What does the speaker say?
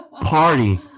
party